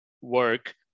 work